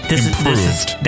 improved